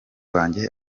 wanjye